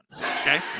Okay